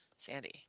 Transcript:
Sandy